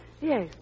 Yes